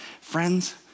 Friends